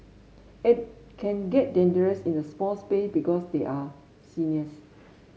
it can get dangerous in a small space because they are seniors